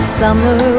summer